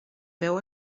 peu